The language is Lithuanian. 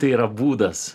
tai yra būdas